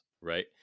right